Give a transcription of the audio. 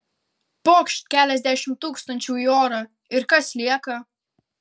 pokšt keliasdešimt tūkstančių į orą ir kas lieka